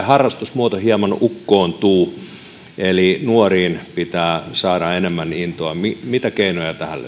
harrastusmuoto hieman ukkoontuu eli nuoriin pitää saada enemmän intoa mitä mitä keinoja tähän